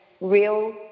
real